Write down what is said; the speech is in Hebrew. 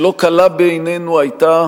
שלא קלה בעינינו היתה